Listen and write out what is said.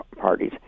parties